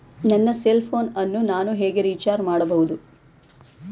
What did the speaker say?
ನನ್ನ cell phone ಅನ್ನು ನಾನು ಹೇಗೆ ರಿಚಾರ್ಜ್ ಮಾಡಬಹುದು?